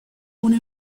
una